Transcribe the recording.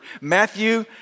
Matthew